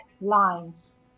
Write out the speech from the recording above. lines